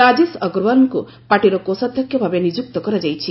ରାଜେଶ ଅଗ୍ରଓ୍ୱାଲ୍ଙ୍କୁ ପାର୍ଟିର କୋଷାଧ୍ୟକ୍ଷ ଭାବେ ନିଯୁକ୍ତ କରାଯାଇଛି